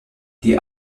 die